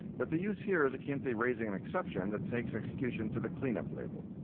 but the use here is akin to raising an exception that takes execution to the cleanup label.